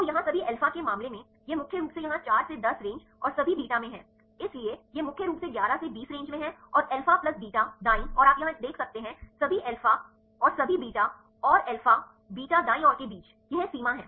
तो यहाँ सभी अल्फा के मामले में यह मुख्य रूप से यहाँ 4 से 10 रेंज और सभी बीटा में है इसलिए यह मुख्य रूप से 11 से 20 रेंज में है और अल्फा प्लस बीटा दाईं ओर आप यहां देख सकते हैं सभी अल्फा और सभी बीटा और अल्फा बीटा दाईं ओर के बीच यह सीमा है